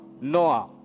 Noah